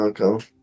Okay